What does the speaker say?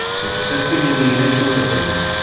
subsisting in the initial atoms,